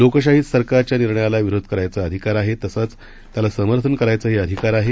लोकशाहीतसरकारच्यानिर्णयालाविरोधकरायचाअधिकारआहे तसाचत्यालासमर्थनकरायचाहीअधिकारआहे